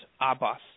Abbas